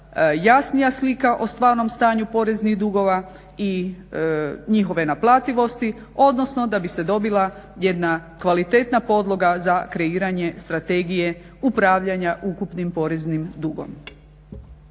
jasnija slika o stvarnom stanju poreznih dugova i njihove naplativosti odnosno da bi se dobila jedna kvalitetnija podloga za kreiranje strategije upravljanja ukupnim poreznim dugom.